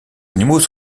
animaux